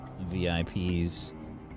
VIPs